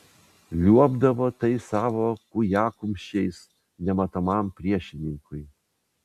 liuobdavo tais savo kūjakumščiais nematomam priešininkui